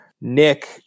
Nick